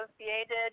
associated